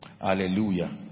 Hallelujah